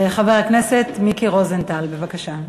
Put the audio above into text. חבר הכנסת מיקי רוזנטל, בבקשה.